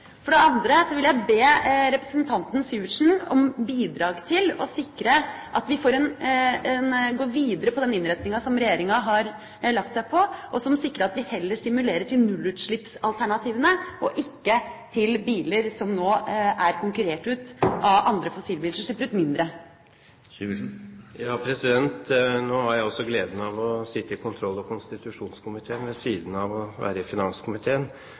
For det andre vil jeg be representanten Syversen om bidrag til å sikre at vi går videre på den innretninga som regjeringa har lagt seg på, som sikrer at vi heller stimulerer til nullutslippsalternativene og ikke til biler som nå er konkurrert ut av andre fossildrevne biler som slipper ut mindre. Jeg har også gleden av å sitte i kontroll- og konstitusjonskomiteen ved siden av å være i finanskomiteen,